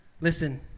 Listen